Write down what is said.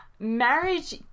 marriage